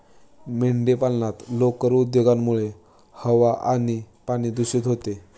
मेंढीपालनात लोकर उद्योगामुळे हवा आणि पाणी दूषित होते